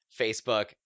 Facebook